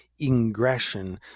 ingression